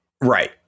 right